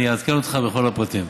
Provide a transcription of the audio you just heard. אני אעדכן אותך בכל הפרטים.